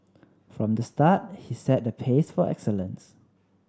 from the start he set the pace for excellence